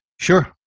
Sure